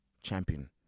Champion